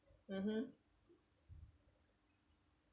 mmhmm